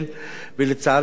ולצערי הרב,